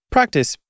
Practice